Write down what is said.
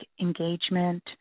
engagement